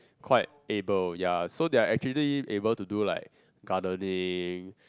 quite able ya so they are actually able to do like gardening